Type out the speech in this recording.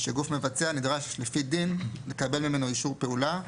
שגוף מבצע נדרש לפי דין לקבל ממנו אישור פעולה,